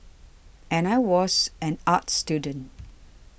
and I was an arts student